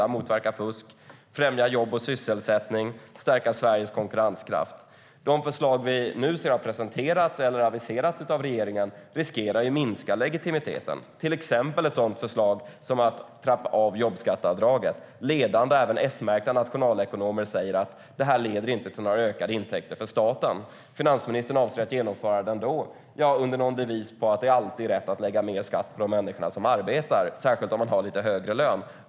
Vi ska motverka fusk, främja jobb och sysselsättning och stärka Sveriges konkurrenskraft.De förslag vi nu ser har presenterats eller aviserats av regeringen riskerar att minska legitimiteten, till exempel ett sådant förslag som att trappa av jobbskatteavdraget. Ledande, även S-märkta, nationalekonomer säger att detta inte leder till några ökade intäkter för staten. Finansministern avser att genomföra det ändå under någon devis om att det alltid är rätt att lägga mer skatt på de människor som arbetar, särskilt om de har lite högre lön.